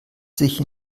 sich